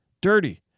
dirty